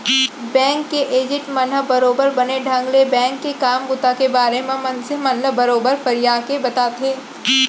bank के agent मन ह बरोबर बने ढंग ले बेंक के काम बूता के बारे म मनसे मन ल बरोबर फरियाके बताथे